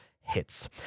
hits